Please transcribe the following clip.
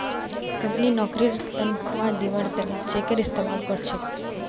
company नौकरीर तन्ख्वाह दिबार त न चेकेर इस्तमाल कर छेक